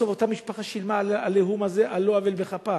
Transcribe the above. בסוף אותה משפחה שילמה על ה"עליהום" הזה על לא עוול בכפה.